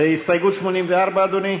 הסתייגות 84, אדוני?